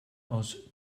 aus